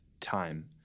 time